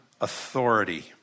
authority